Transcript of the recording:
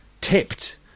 tipped